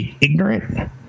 ignorant